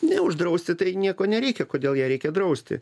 ne uždrausti tai nieko nereikia kodėl ją reikia drausti